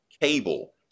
cable